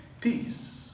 peace